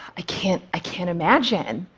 i can't i can't imagine.